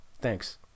Thanks